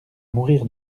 mourir